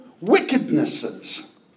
wickednesses